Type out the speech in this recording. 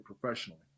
professionally